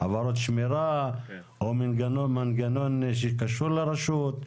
חברות שמירה או מנגנון שקשור לרשות?